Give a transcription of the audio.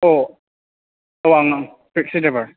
औ औ आंनो टेक्सि द्राइबार